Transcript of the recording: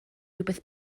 rywbeth